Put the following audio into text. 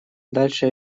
дальше